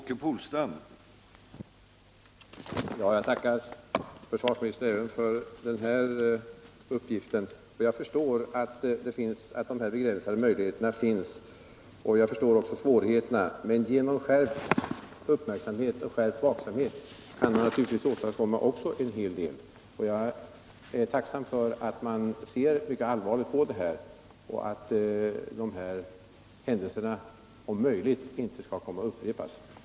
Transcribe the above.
Herr talman! Jag tackar försvarsministern även för detta besked. Jag förstår att möjligheterna är begränsade och inser också vilka svårigheter som finns. Men också genom skärpt uppmärksamhet och vaksamhet kan man naturligtvis åstadkomma en hel del, och jag är tacksam för att man ser allvarligt på denna fråga och för att de inträffade händelserna, om det är möjligt att Nr 122 förhindra dem, inte skall komma att upprepas. Torsdagen den a